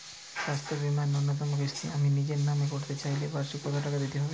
স্বাস্থ্য বীমার ন্যুনতম কিস্তিতে আমি নিজের নামে করতে চাইলে বার্ষিক কত টাকা দিতে হবে?